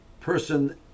person